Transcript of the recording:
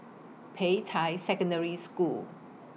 Peicai Secondary School